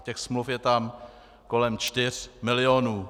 Těch smluv je tam kolem 4 milionů.